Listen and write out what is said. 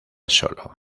solo